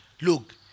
look